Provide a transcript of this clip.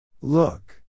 look